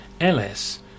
ls